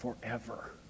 forever